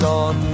on